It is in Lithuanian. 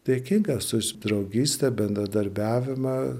dėkingas už draugystę bendradarbiavimą